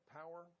power